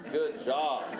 good job!